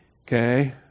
Okay